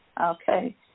Okay